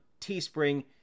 Teespring